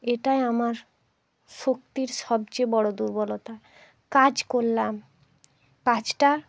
এটাই আমার শক্তির সবচেয়ে বড়ো দুর্বলতা কাজ করলাম কাজটা